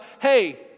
hey